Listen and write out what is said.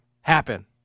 happen